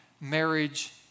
marriage